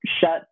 shut